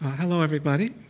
hello, everybody.